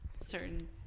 certain